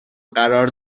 قرار